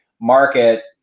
market